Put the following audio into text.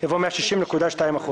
יבוא "160.2%".